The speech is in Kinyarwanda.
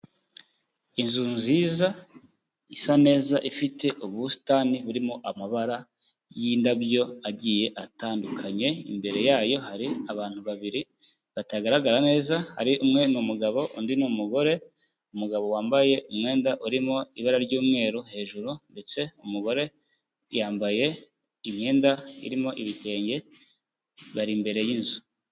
Inzu nziza isa neza ifite ubusitani buririmo amabara y'indabyo agiye atandukanye, imbere yayo hari abantu babiri batagaragara neza, hari umwe ni umugabo undi n'umugore, umugabo wambaye umwenda urimo ibara ry'umweru hejuru ndetse umugore yambaye imyenda irimo ibitenge, bari imbere y'inzu.